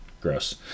Gross